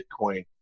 Bitcoin